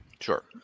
Sure